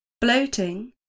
bloating